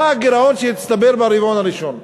מה הגירעון שהצטבר ברבעון הראשון?